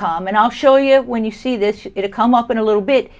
com and i'll show you when you see this it come up in a little bit